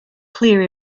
clear